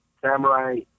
Samurai